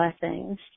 blessings